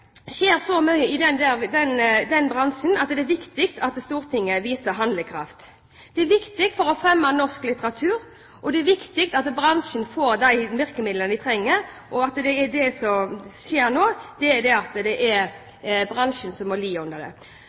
skjer så mye i den bransjen at det er viktig at Stortinget viser handlekraft. Det er viktig for å fremme norsk litteratur, og det er viktig at bransjen får de virkemidlene den trenger. Det som skjer nå, er at det er bransjen som må lide under det.